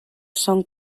son